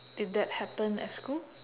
did that happen at school